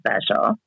special